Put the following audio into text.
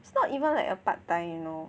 it's not even like a part time you know